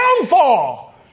downfall